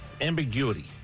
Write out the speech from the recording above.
ambiguity